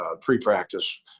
pre-practice